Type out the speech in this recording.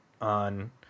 on